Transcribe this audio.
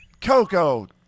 Coco